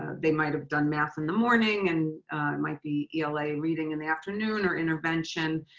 they might've done math in the morning and might be ela and reading in the afternoon or intervention.